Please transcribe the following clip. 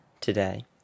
today